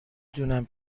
دونم